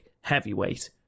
heavyweight